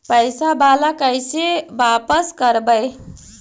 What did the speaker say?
पैसा बाला कैसे बापस करबय?